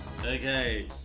Okay